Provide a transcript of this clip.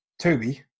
Toby